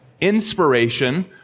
inspiration